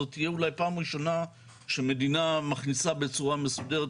זאת תהיה אולי פעם ראשונה שמדינה מכניסה בצורה מסודרת